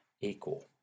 equal